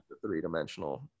three-dimensional